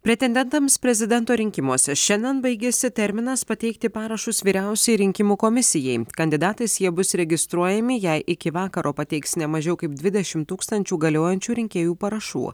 pretendentams prezidento rinkimuose šiandien baigiasi terminas pateikti parašus vyriausiajai rinkimų komisijai kandidatais jie bus registruojami jei iki vakaro pateiks ne mažiau kaip dvidešim tūkstančių galiojančių rinkėjų parašų